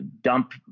dump